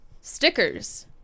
Stickers